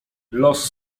los